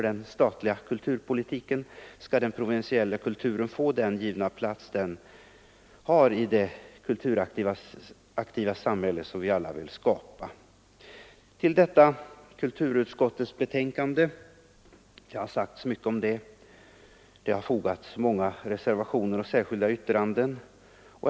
Det har till detta kulturutskottets betänkande fogats många reservationer och särskilda yttranden.